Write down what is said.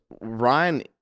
Ryan